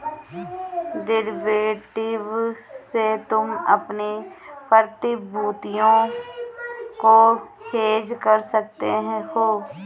derivative से तुम अपनी प्रतिभूतियों को हेज कर सकते हो